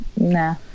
Nah